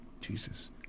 Jesus